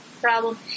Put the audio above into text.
problem